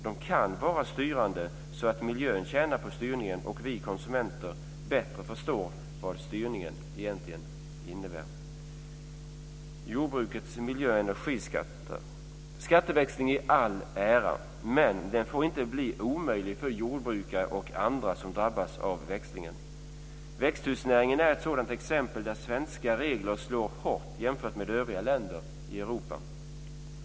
De kunde vara styrande så att miljön tjänar på styrningen och vi konsumenter bättre förstår vad styrningen egentligen innebär. Jag vill tala om jordbrukets miljö och energiskatter. Skatteväxling i all ära, men det får inte bli omöjligt för jordbrukare och andra som drabbas av växlingen. Växthusnäringen är ett exempel där svenska regler slår hårt jämfört med övriga länder i Europa.